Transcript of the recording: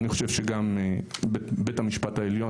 אני חושב גם בית המשפט העליון,